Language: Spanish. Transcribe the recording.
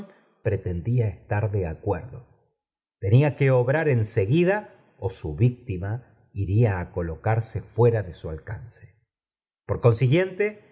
pretendía estar de acuerdo tenía que obrar en seguida ó su víctima iría i colocara fuera de su alcance por consiguiente